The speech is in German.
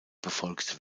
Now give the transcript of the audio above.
befolgt